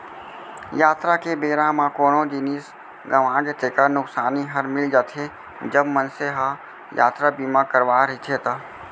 यातरा के बेरा म कोनो जिनिस गँवागे तेकर नुकसानी हर मिल जाथे, जब मनसे ह यातरा बीमा करवाय रहिथे ता